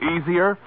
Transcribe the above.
Easier